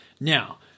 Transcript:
now